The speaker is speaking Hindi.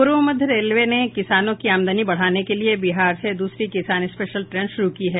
पूर्व मध्य रेलवे ने किसानों की आमदनी बढाने के लिए बिहार से दूसरी किसान स्पेशल ट्रेन शुरु की है